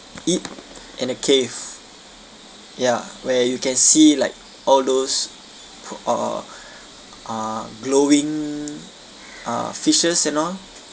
eat in a cave ya where you can see like all those p~ uh uh glowing uh fishes and all